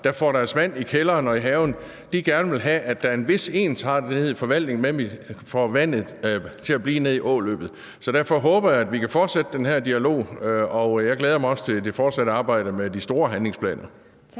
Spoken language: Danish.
der får vand i kælderen og haven, gerne vil have, at der er en vis ensartethed i forvaltningen af at få vandet til at blive nede i åløbet. Derfor håber jeg, at vi kan fortsætte den her dialog, og jeg glæder mig også til det fortsatte arbejde med de store handlingsplaner.